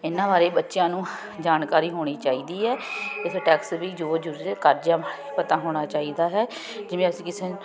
ਇਹਨਾਂ ਬਾਰੇ ਬੱਚਿਆਂ ਨੂੰ ਜਾਣਕਾਰੀ ਹੋਣੀ ਚਾਹੀਦੀ ਹੈ ਇਸ ਟੈਕਸ ਦੀ ਜੋ ਜੋ ਕਰਜਿਆਂ ਬਾਰੇ ਵੀ ਪਤਾ ਹੋਣਾ ਚਾਹੀਦਾ ਹੈ ਜਿਵੇਂ ਅਸੀਂ ਕਿਸੇ ਨੂੰ